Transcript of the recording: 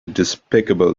despicable